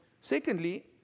secondly